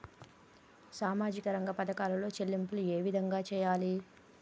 సామాజిక రంగ పథకాలలో చెల్లింపులు ఏ విధంగా చేయాలి?